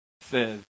says